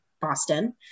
Boston